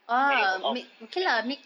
marry her off lah ya